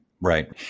Right